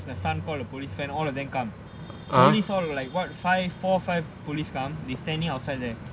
the son call the police friend all of them come police all like what four five police come they standing outside there